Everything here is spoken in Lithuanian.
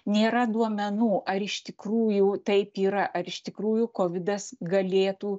nėra duomenų ar iš tikrųjų taip yra ar iš tikrųjų kovidas galėtų